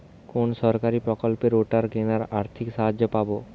কোন সরকারী প্রকল্পে রোটার কেনার আর্থিক সাহায্য পাব?